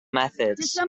methods